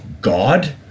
God